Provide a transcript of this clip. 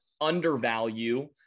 undervalue